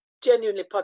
genuinely